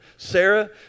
Sarah